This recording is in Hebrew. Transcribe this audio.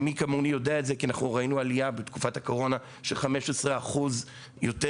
מי כמוני יודע את זה כי אנחנו ראינו עלייה של 15% בתקופת